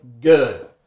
good